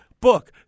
Book